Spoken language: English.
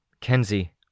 Kenzie